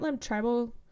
tribal